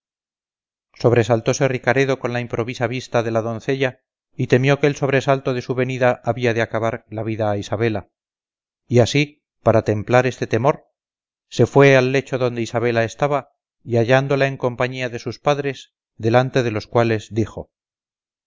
londres sobresaltóse ricaredo con la improvisa vista de la doncella y temió que el sobresalto de su venida había de acabar la vida a isabela y así para templar este temor se fue al lecho donde isabela estaba y hallóla en compañía de sus padres delante de los cuales dijo